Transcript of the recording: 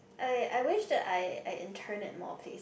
I I wish that I I interned at more places